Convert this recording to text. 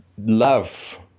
love